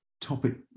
topic